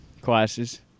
classes